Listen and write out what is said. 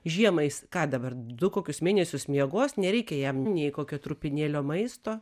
žiemą jis ką dabar du kokius mėnesius miegos nereikia jam nei kokio trupinėlio maisto